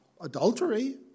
adultery